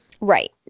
Right